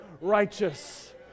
righteous